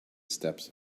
steps